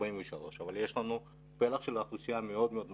אבל יש לנו פלח אוכלוסייה מאוד מאוד משמעותי,